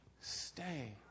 Stay